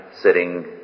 sitting